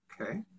Okay